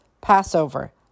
Passover